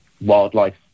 wildlife